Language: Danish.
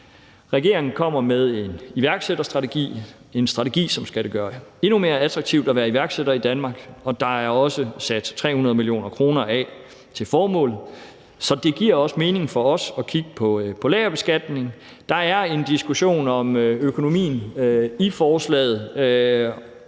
Regeringen kommer med en iværksætterstrategi – en strategi, som skal gøre det endnu mere attraktivt at være iværksætter i Danmark. Og der er også sat 300 mio. kr. af til formålet. Så det giver også mening for os at kigge på lagerbeskatning. Der er en diskussion om økonomien i forslaget,